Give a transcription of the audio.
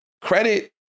credit